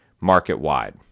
market-wide